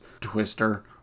Twister